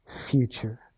future